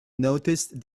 noticed